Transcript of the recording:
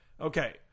Okay